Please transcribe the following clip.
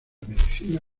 medicina